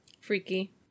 Freaky